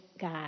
God